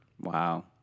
Wow